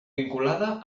vinculada